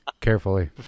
Carefully